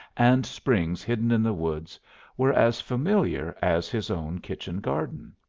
and springs hidden in the woods were as familiar as his own kitchen garden.